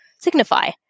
signify